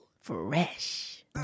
Fresh